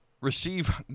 receive